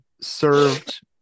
served